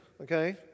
Okay